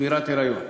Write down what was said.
שמירת היריון,